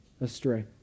astray